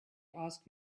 asked